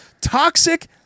Toxic